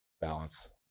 balance